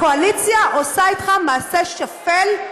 הקואליציה עושה איתך מעשה שפל.